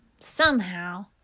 somehow